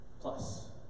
plus